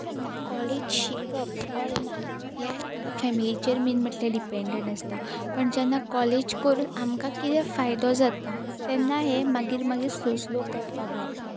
आतां कॉलेज शिकप ऑड ना हें फॅमिलीचेर मेन म्हटल्यार डिपँडंट आसता पण जेन्ना कॉलेज करून आमकां कितें फायदो जाता तेन्ना हें मागीर मागीर स्लो स्लो कळपाक लागता